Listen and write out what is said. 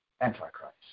Antichrist